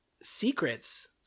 Secrets